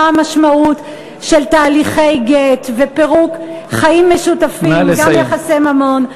מה המשמעות של תהליכי גט ופירוק חיים משותפים וגם יחסי ממון.